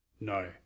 no